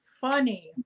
funny